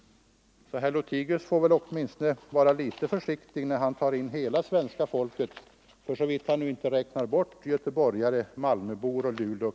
Herr Lothigius får vara litet försiktig när han talar om hela svenska folket — för såvitt han inte räknar bort göteborgare och malmö-, luleå-och